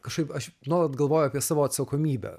kažkaip aš nuolat galvoju apie savo atsakomybę